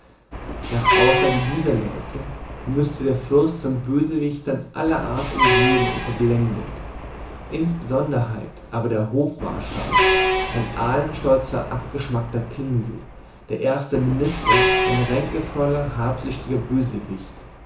nach aussage dieser leute mußte der fürst von bösewichtern aller art umgeben und verblendet insonderheit aber der hofmarschall ein ahnenstolzer abgeschmackter pinsel der erste minister ein ränkevoller habsüchtiger bösewicht